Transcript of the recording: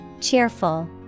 Cheerful